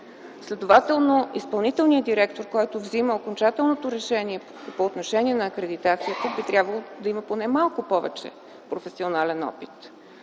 Следователно изпълнителният директор, който взема окончателното решение по отношение на акредитацията, би трябвало да има поне малко повече професионален опит.